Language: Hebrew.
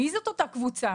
מי זאת אותה קבוצה?